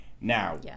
Now